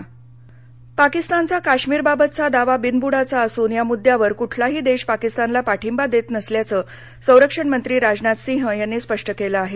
काश्मीर पाकिस्तानचा काश्मीरबाबतचा दावा बिनव्डाचा असून या मुद्यावर कुठलाही देश पाकिस्तानला पाठिंबा देत नसल्याचं संरक्षणमंत्री राजनाथ सिंग यांनी स्पष्ट केलं आहे